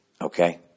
okay